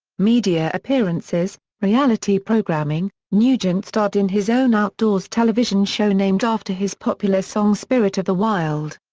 media appearances reality programming nugent starred in his own outdoors television show named after his popular song spirit of the wild.